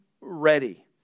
ready